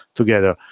together